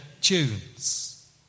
tunes